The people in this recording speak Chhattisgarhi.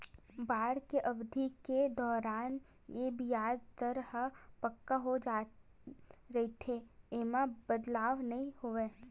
बांड के अबधि के दौरान ये बियाज दर ह पक्का हो जाय रहिथे, ऐमा बदलाव नइ होवय